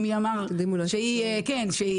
אני כבר